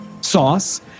sauce